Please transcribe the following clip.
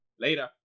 Later